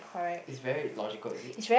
it's very logical is it